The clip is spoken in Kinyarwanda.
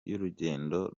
y’urugendo